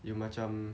you macam